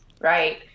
right